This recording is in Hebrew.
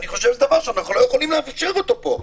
אני חושב שזה דבר שאנחנו לא יכולים לאפשר אותו פה.